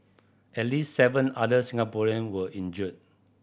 at least seven other Singaporean were injured